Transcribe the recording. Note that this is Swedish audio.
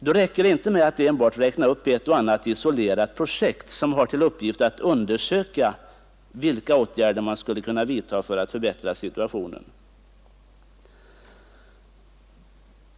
Då räcker det inte med att enbart räkna upp ett och annat isolerat projekt som har till uppgift att undersöka vilka åtgärder man skulle kunna vidta för att förbättra situationen.